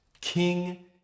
King